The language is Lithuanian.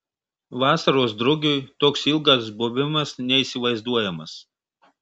vasaros drugiui toks ilgas buvimas neįsivaizduojamas